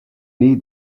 need